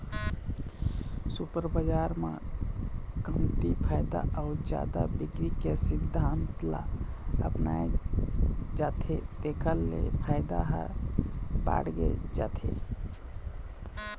super बजार म कमती फायदा अउ जादा बिक्री के सिद्धांत ल अपनाए जाथे तेखर ले फायदा ह बाड़गे जाथे